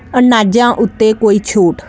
ਅਨਾਜਾਂ ਉੱਤੇ ਕੋਈ ਛੋਟ